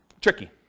tricky